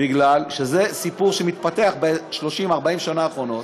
בגלל שזה סיפור שמתפתח ב-30 40 השנים האחרונות.